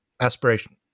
aspiration